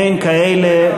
אין כאלה.